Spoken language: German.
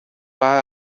war